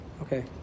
Okay